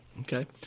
okay